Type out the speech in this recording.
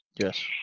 Yes